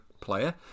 player